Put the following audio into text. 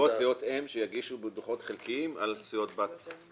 לרבות סיעות אם שיגישו דוחות חלקיים על סיעות בת שלהן.